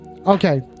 Okay